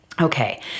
Okay